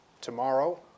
Tomorrow